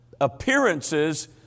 appearances